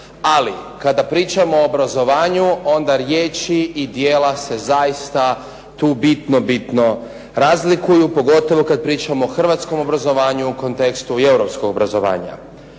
Ali kada pričamo o obrazovanju onda riječi i djela se zaista tu bitno, bitno razlikuju pogotovo kad pričamo o hrvatskom obrazovanju u kontekstu i europskog obrazovanja.